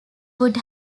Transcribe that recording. would